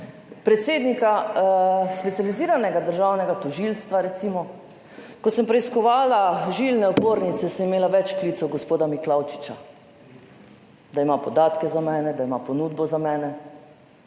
(nadaljevanje) državnega tožilstva recimo. Ko sem preiskovala žilne opornice, sem imela več klicev gospoda Miklavčiča, da ima podatke za mene, da ima ponudbo za mene.